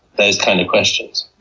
those kinds of questions.